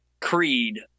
Creed